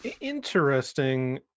Interesting